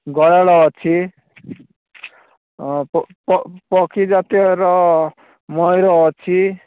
ଗୟଳ ଅଛି ପକ୍ଷୀ ଜାତୀୟର ମୟୂର ଅଛି